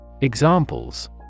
Examples